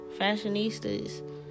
Fashionistas